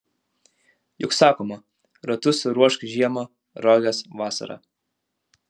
juk sakoma ratus ruošk žiemą roges vasarą